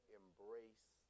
embrace